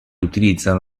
utilizzano